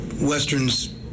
Western's